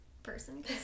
person